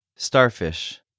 Starfish